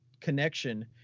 connection